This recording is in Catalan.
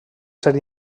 ser